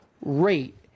rate